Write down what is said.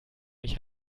mich